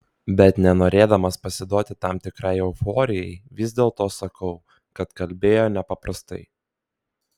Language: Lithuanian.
bet nenorėdamas pasiduoti tam tikrai euforijai vis dėlto sakau kad kalbėjo nepaprastai